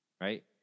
Right